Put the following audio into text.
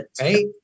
Right